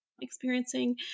experiencing